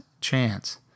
chance